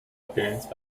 appearance